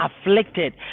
afflicted